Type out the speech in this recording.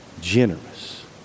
generous